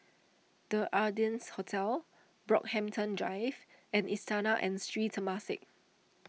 the Ardennes Hotel Brockhampton Drive and Istana and Sri Temasek